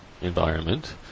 environment